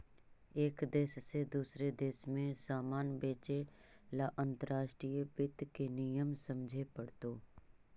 एक देश से दूसरे देश में सामान बेचे ला अंतर्राष्ट्रीय वित्त के नियम समझे पड़तो